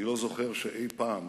אני לא זוכר שאי-פעם,